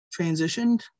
transitioned